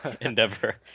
endeavor